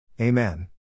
Amen